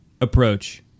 approach